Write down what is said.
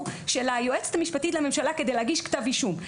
של היועצת המשפטית לממשלה כדי להגיש כתב אישום.